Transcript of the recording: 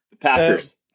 Packers